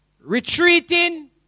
retreating